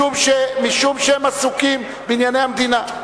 משום שהם עסוקים בענייני המדינה.